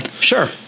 sure